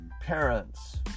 parents